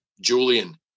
Julian